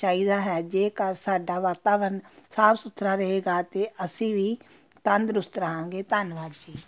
ਚਾਹੀਦਾ ਹੈ ਜੇਕਰ ਸਾਡਾ ਵਾਤਾਵਰਨ ਸਾਫ਼ ਸੁਥਰਾ ਰਹੇਗਾ ਤਾਂ ਅਸੀਂ ਵੀ ਤੰਦਰੁਸਤ ਰਹਾਂਗੇ ਧੰਨਵਾਦ ਜੀ